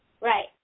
right